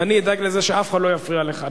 ואני אדאג לזה שאף אחד לא יפריע לך.